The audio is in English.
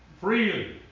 freely